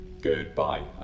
Goodbye